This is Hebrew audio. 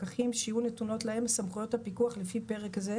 פקחים שיהיו נתונות להם סמכויות הפיקוח לפי פרק זה,